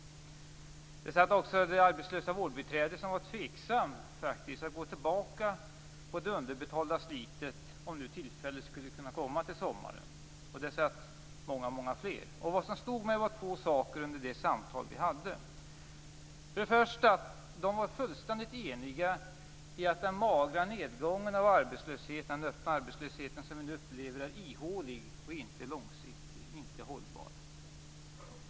Där satt också det arbetslösa vårdbiträdet, som var tveksamt till att gå tillbaka till det underbetalda slitet, om det nu skulle bli tillfälle att göra det till sommaren. Där satt många, många fler. Vad som slog mig under vårt samtal var två saker. För det första var de fullständigt eniga i att den magra nedgången i den öppna arbetslösheten, som vi nu upplever, är ihålig - inte långsiktig och hållbar.